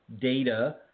data